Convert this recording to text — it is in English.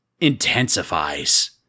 intensifies